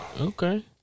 Okay